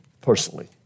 personally